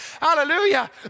Hallelujah